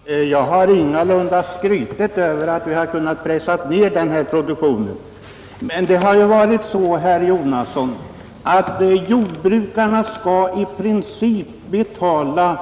Herr talman! Jag har ingalunda skrutit över att vi kunnat pressa ned denna produktion, men det har ju varit så, herr Jonasson, att jordbrukarna i princip skall betala